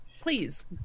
please